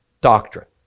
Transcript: doctrine